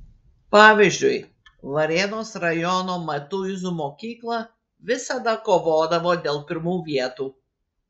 pavyzdžiui varėnos rajono matuizų mokykla visada kovodavo dėl pirmų vietų